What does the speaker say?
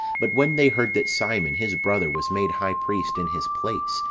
but when they heard that simon, his brother, was made high priest in his place,